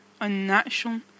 unnatural